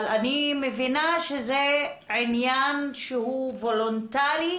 אני מבינה שזה עניין וולונטרי,